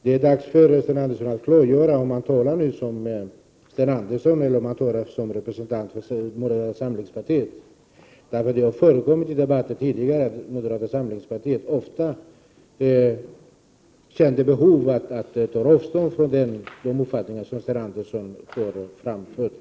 Det är dags för Sten Andersson att klargöra om han nu talar i egenskap av Sten Andersson eller som representant för moderata samlingspartiet. Det har i tidigare debatter förekommit att moderata samlingspartiet har känt behov av att ta avstånd från de uppfattningar som Sten Andersson har framfört.